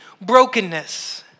brokenness